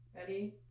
ready